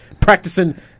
practicing